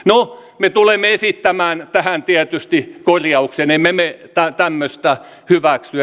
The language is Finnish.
no me tulemme esittämään tähän tietysti korjauksen emme me tämmöistä hyväksy